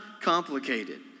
complicated